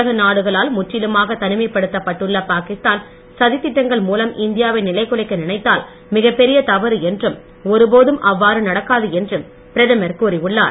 உலக நாடுகளால் முற்றிலுமாக தனிமைப் படுத்தப்பட்டுள்ள பாகிஸ்தான் சதித்திட்டங்கள் மூலம் இந்தியா வை நிலைகுலைக்க நினைத்தால் மிகப்பெரிய தவறு என்றும் ஒருபோதும் அவ்வாறு நடக்காது என்றும் பிரதமர் கூறியுள்ளார்